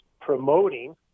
promoting